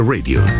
Radio